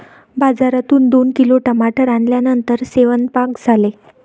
बाजारातून दोन किलो टमाटर आणल्यानंतर सेवन्पाक झाले